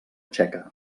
txeca